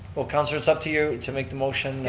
well councilor, it's up to you to make the motion yeah,